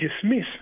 dismiss